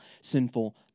sinful